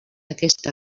aquesta